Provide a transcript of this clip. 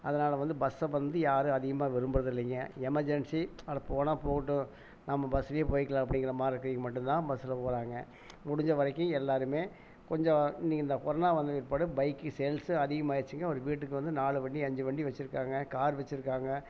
அதனால வந்து பஸ்ஸை வந்து யாரும் அதிகமாக விரும்புறதில்லைங்க எமெர்ஜென்சி அட போனால் போட்டும் நம்ப பஸ்லயே போயிக்கலாம் அப்படிங்கிற மாதிரி இருக்கவிங்க மட்டும் தான் பஸ்ஸில் போகறாங்க முடிஞ்ச வரைக்கும் எல்லாருமே கொஞ்சம் இந்த கொரோனா வந்ததுக்கு பிற்பாடு பைக் சேல்ஸ்ஸும் அதிகமாயிடுச்சிங்க ஒரு வீட்டுக்கு வந்து நாலு வண்டி அஞ்சி வண்டி வச்சுருக்காங்க கார் வச்சுருக்காங்க